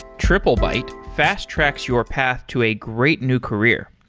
triplebyte fast-tracks your path to a great new career.